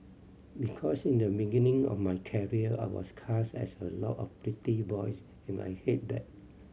because in the beginning of my career I was cast as a lot of pretty boys and I hated that